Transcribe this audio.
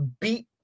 beat